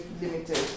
limited